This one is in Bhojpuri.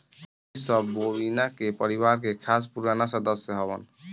इ सब बोविना के परिवार के खास पुराना सदस्य हवन